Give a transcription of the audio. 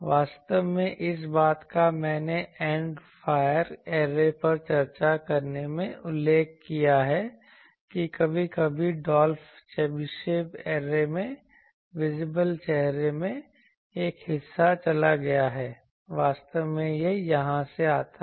वास्तव में इस बात का मैंने एंड फायर ऐरे पर चर्चा करने में उल्लेख किया है कि कभी कभी डॉल्फ चेबीशेव ऐरे में विजिबल चेहरे में एक हिस्सा चला गया है वास्तव में यहां से आता है